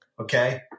Okay